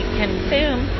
consume